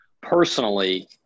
personally